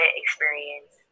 experience